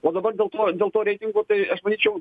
o dabar dėl tų dėl tų reitingų tai aš manyčiau